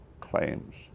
claims